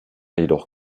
jedoch